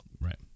right